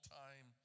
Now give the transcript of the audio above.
time